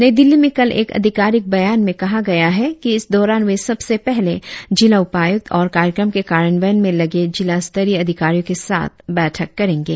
नई दिल्ली में कल एक अधिकारिक बयान में कहा गया है कि इस दौरान वे सबसे पहले जिला उपायुक्त और कार्यक्रम के कार्यान्वयन में लगे जिला स्तरीय अधिकारियों के साथ बैठक करेंगे